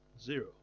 zero